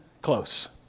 close